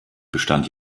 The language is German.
bestand